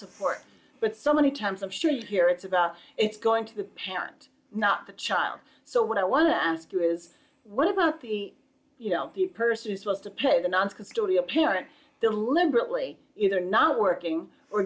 support but so many times i'm sure you hear it's about it's going to the parent not the child so what i want to ask you is what about the you know the person who's supposed to pay the non custodial parent deliberately either not working or